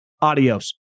Adios